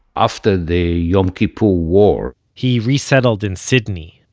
after the yom kippur war he resettled in sydney,